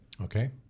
Okay